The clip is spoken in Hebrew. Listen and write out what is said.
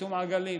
פיטום עגלים,